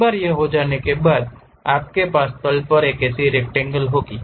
एक बार यह हो जाने के बाद आपके पास तल पर वह रक्टैंगल होगी